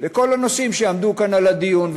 וכל הנושאים שעמדו כאן בדיון,